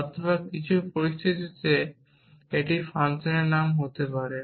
অথবা এটি কিছু পরিস্থিতিতে ফাংশনের নাম হতে পারে